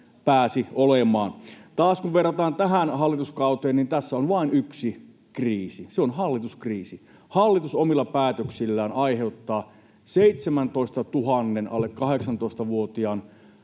pääsi olemaan? Kun taas verrataan tähän hallituskauteen, niin tässä on vain yksi kriisi. Se on hallituskriisi: hallitus omilla päätöksillään aiheuttaa 17 000:n alle 18-vuotiaan